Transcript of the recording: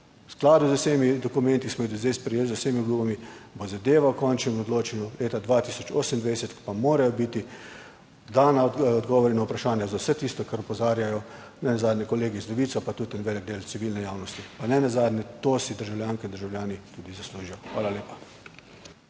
V skladu z vsemi dokumenti, ki smo jih do zdaj sprejeli, z vsemi obljubami, bo zadeva v končnem odločanju leta 2028, ko pa morajo biti dani odgovori na vprašanja za vse tisto, kar opozarjajo nenazadnje kolegi iz Levice, pa tudi en velik del civilne javnosti, pa nenazadnje to si državljanke in državljani tudi zaslužijo. Hvala lepa.